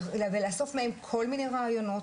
ולאסוף מהם כל מיני רעיונות,